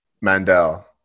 Mandel